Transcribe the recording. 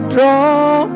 Draw